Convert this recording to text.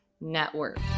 Network